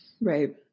Right